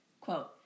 Quote